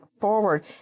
forward